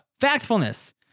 factfulness